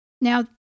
Now